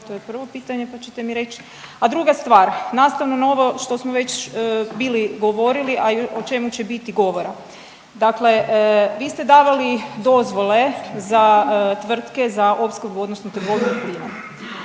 To je prvo pitanje, pa ćete mi reći. A druga stvar nastavno na ovo što smo već bili govorili, a i o čemu će biti govora. Dakle, vi ste davali dozvole za tvrtke za opskrbu, odnosno trgovinu